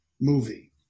movie